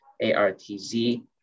A-R-T-Z